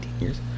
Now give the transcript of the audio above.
years